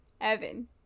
Evan